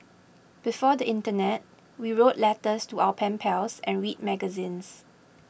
before the internet we wrote letters to our pen pals and read magazines